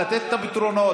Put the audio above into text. לתת את הפתרונות,